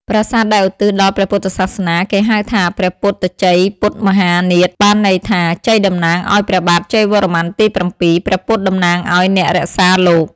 ប្រាសាទដែលឧទ្ទិសដល់ព្រះពុទ្ធសាសនា គេហៅថា ព្រះពុទ្ធជ័យពុទ្ធមហានាថ បានន័យថា ជ័យតំណាងឱ្យព្រះបាទជ័យវរ្ម័នទី៧ ព្រះពុទ្ធតំណាងឱ្យអ្នករក្សាលោក ។